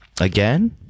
Again